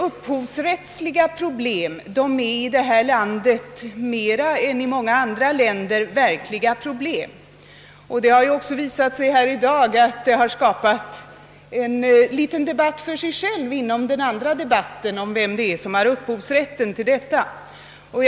Upphovsrättsliga problem är i detta land mer än i många andra länder verkliga problem. Det har ju också visat sig här i dag, att ett sådant problem har föranlett en liten debatt för sig själv inom ramen för debatten om huvudfrågan i detta ärende. Det har nämligen blivit en debatt här om vem som har upphovsrätten i detta fall.